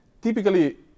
typically